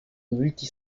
multi